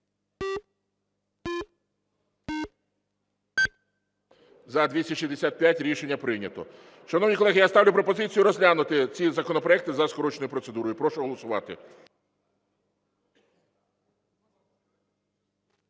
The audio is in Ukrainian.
За-265 Рішення прийнято. Шановні колеги, я ставлю пропозицію розглянути ці законопроекти за скороченою процедурою. Прошу голосувати.